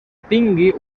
tingui